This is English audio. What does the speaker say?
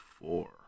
four